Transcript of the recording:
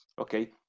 Okay